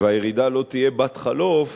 והירידה לא תהיה בת-חלוף